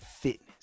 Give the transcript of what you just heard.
Fitness